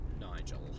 Nigel